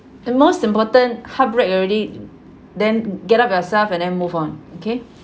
the most important heartbreak already then get up yourself and then move on okay